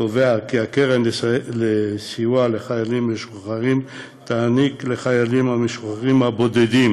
קובע כי הקרן לסיוע לחיילים משוחררים תעניק לחיילים המשוחררים הבודדים